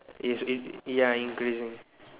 is it ya increasing